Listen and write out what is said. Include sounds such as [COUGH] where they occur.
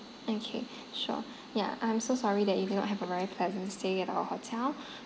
okay sure ya I'm so sorry that you did not have a very pleasant stay at our hotel [BREATH]